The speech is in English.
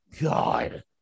God